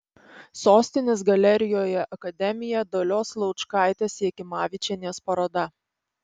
sostinės galerijoje akademija dalios laučkaitės jakimavičienės paroda